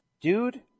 Dude